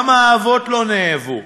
כמה אהבות לא נאהבו,